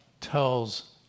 tells